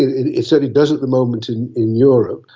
it it certainly does at the moment in in europe.